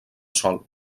sol